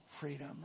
freedom